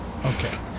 Okay